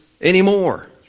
anymore